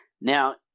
Now